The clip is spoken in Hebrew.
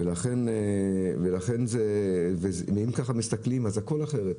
ולכן אם ככה מסתכלים, אז הכול אחרת,